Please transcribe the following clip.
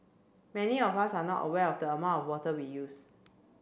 many of us are not aware of the amount of water we use